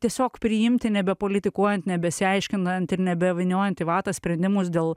tiesiog priimti nebepolitikuojant nebesiaiškinat ir nebevyniojant į vatą sprendimus dėl